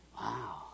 Wow